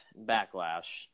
backlash